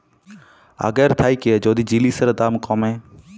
আগের থ্যাইকে যদি জিলিসের দাম ক্যমে